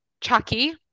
Chucky